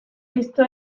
esto